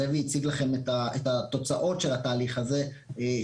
זאב הציג לכם את התוצאות של התהליך הזה שהוא